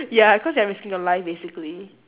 ya cause you're risking your life basically